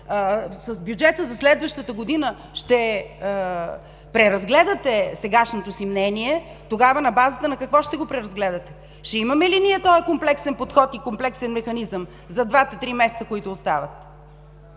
с бюджета за следващата година ще преразгледате сегашното си мнение, тогава на базата на какво ще го преразгледате? Ще имаме ли ние този комплексен подход и комплексен механизъм за двата, трите месеца, които остават?